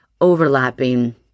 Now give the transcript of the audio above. overlapping